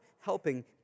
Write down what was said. helping